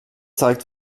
zeigen